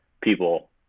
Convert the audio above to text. people